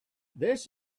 this